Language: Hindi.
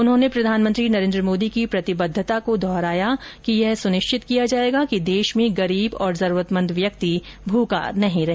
उन्होंने प्रधानमंत्री नरेन्द्र मोदी की प्रतिबद्धता को दोहराया कि यह सुनिश्चित किया जायेगा कि देश में गरीब और जरूरतमंद व्यक्ति भुखा नही रहे